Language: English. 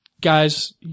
guys